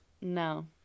No